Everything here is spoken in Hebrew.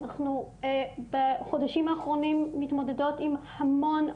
אנחנו בחודשים האחרונים מתמודדות עם המון,